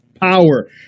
power